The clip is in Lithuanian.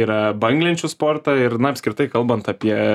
yra banglenčių sportą ir na apskritai kalbant apie